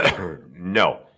No